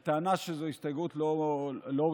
לצערי, בטענה שזו הסתייגות לא רלוונטית.